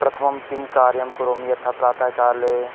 प्रथमं किं कार्यं करोमि यतः प्रातःकाले